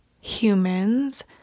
humans